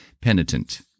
penitent